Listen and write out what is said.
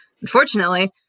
unfortunately